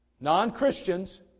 non-Christians